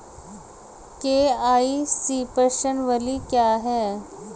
KYC प्रश्नावली क्या है?